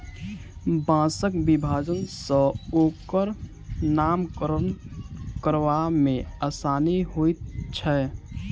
बाँसक विभाजन सॅ ओकर नामकरण करबा मे आसानी होइत छै